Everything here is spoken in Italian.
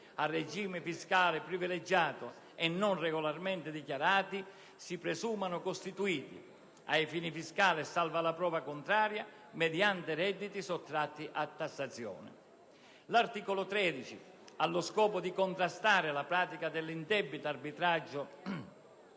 a regime fiscale privilegiato e non regolarmente dichiarati, si presumano costituiti - ai fini fiscali e salva la prova contraria - mediante redditi sottratti a tassazione. L'articolo 13, allo scopo di contrastare la pratica dell'indebito arbitraggio